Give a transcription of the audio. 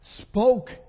spoke